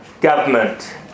government